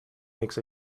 makes